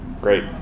Great